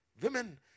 women